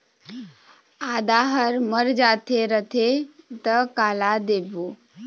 आदा हर मर जाथे रथे त काला देबो?